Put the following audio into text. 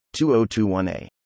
2021a